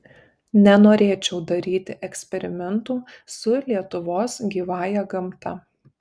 nenorėčiau daryti eksperimentų su lietuvos gyvąja gamta